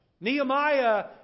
Nehemiah